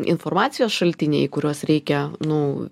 informacijos šaltiniai kuriuos reikia nu